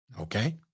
Okay